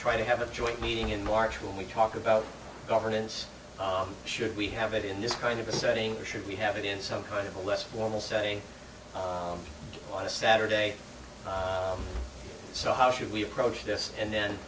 try to have a joint meeting in march when we talk about governance should we have it in this kind of a setting or should we have it in some kind of a less formal say on a saturday so how should we approach this and then